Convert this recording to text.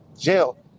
jail